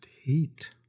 heat